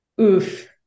oof